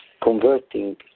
converting